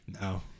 No